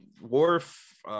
wharf